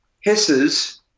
hisses